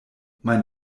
mein